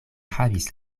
havis